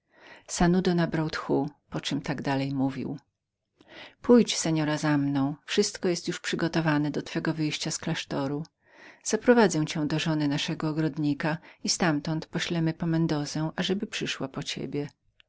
skończy sanudo nabrał tchu poczem tak dalej mówił pójdź seora za mną wszystko jest już przygotowane do twego wyjścia z klasztoru zaprowadzę cię do żony naszego ogrodnika i ztamtąd poślemy po mendozę ażeby przyszła po ciebie